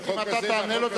אם אתה תענה לו,